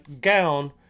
gown